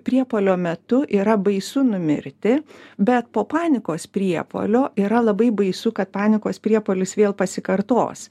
priepuolio metu yra baisu numirti bet po panikos priepuolio yra labai baisu kad panikos priepuolis vėl pasikartos